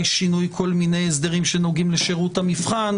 שינוי כל מיני הסדרים שנוגעים לשירות מהבחן.